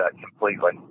completely